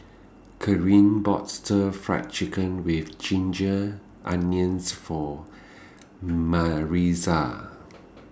Kerrie bought Stir Fried Chicken with Ginger Onions For Maritza